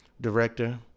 director